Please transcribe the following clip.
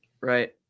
Right